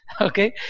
Okay